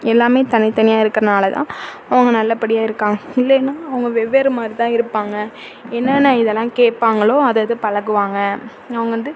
எல்லாமே தனித்தனியாக இருக்கறதுனால தான் அவங்க நல்லபடியாக இருக்காங்க இல்லைனா அவங்க வெவ்வேறு மாதிரி தான் இருப்பாங்க என்னென்ன இதெல்லாம் கேட்பாங்களோ அதை அது பழகுவாங்க அவங்க வந்து